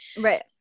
Right